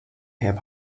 hip